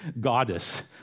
goddess